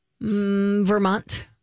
Vermont